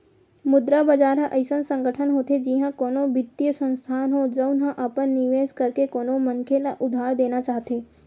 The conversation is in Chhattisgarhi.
मुद्रा बजार ह अइसन संगठन होथे जिहाँ कोनो बित्तीय संस्थान हो, जउन ह अपन निवेस करके कोनो मनखे ल उधार देना चाहथे